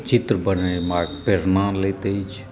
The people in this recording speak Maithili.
चित्र बनयबाक प्रेरणा लैत अछि